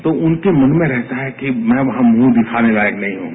तो उनके मन में रस्ता है कि मै वहां मुंरु दिखाने तायक नहीं हूँ